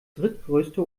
drittgrößte